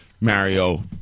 Mario